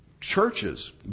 churches